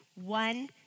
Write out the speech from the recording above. one